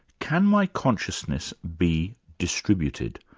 can my consciousness be distributed,